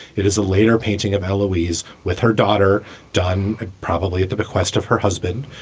it is a later painting of alawis with her daughter done probably at the request of her husband.